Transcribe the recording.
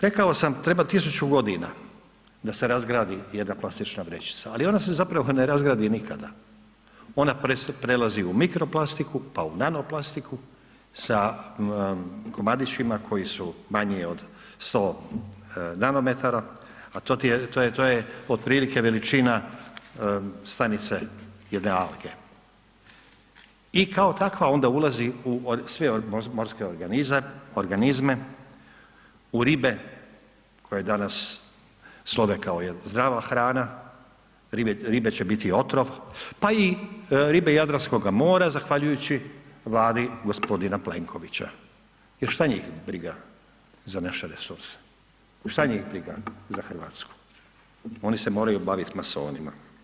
Rekao sam treba 1000.g. da se razgradi jedna plastična vrećica, ali ona se zapravo ne razgradi nikada, ona prelazi u mirkoplastiku, pa u nanoplastiku sa komadićima koji su manji od 100 nanometara, a to ti je, to je, to je otprilike veličina stanice jedne alge i kao takva onda ulazi u sve morske organizme, u ribe koje danas slove kao zdrava hrana, ribe, ribe će biti otrov, pa i ribe jadranskoga mora zahvaljujući Vladi g. Plenkovića jer šta njih briga za naše resurse, šta njih briga za RH, oni se moraju bavit masonima.